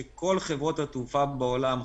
שכל חברות התעופה בעולם,